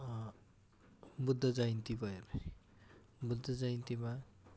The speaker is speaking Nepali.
बुद्ध जयन्ती भयो फेरि भने बुद्ध जयन्तीमा